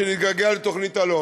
שנתגעגע לתוכנית אלון,